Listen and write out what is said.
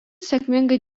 sėkmingai